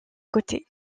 côté